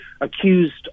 accused